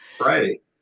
Right